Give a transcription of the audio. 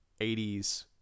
80s